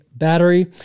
battery